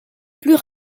plus